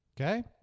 Okay